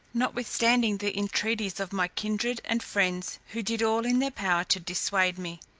notwithstanding the intreaties of my kindred and friends, who did all in their power to dissuade me.